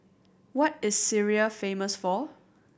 what is Syria famous for